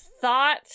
thought